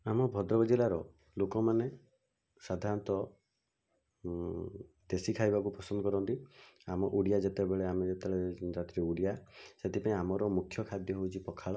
ଆମ ଭଦ୍ରକ ଜିଲ୍ଲାର ଲୋକମାନେ ସାଧାରଣତଃ ଦେଶୀ ଖାଇବାକୁ ପସନ୍ଦ କରନ୍ତି ଆମ ଓଡ଼ିଆ ଯେତେବେଳେ ଆମେ ଯେତେବେଳେ ଜାତିରେ ଓଡ଼ିଆ ସେଥିପାଇଁ ଆମର ମୁଖ୍ୟ ଖାଦ୍ୟ ହେଉଛି ପଖାଳ